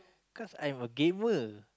cause I'm a gamer